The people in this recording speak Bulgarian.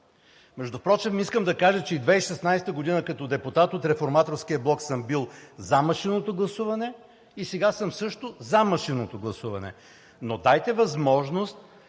Между другото, искам да кажа, че 2016 г., като депутат от Реформаторския блок, съм бил за машинното гласуване и сега също съм за машинното гласуване. Но дайте възможност